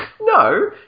No